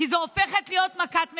כי זו הופכת להיות מכת מדינה.